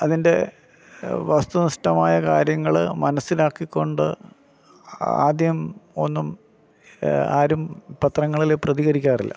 അതിൻ്റെ വസ്തുനിഷ്ഠമായ കാര്യങ്ങൾ മനസ്സിലാക്കിക്കൊണ്ട് ആദ്യം ഒന്നും ആരും പത്രങ്ങളിൽ പ്രതികരിക്കാറില്ല